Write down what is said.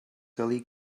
lee